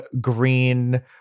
green